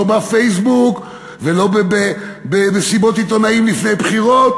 לא בפייסבוק ולא במסיבות עיתונאים לפני בחירות.